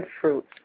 fruit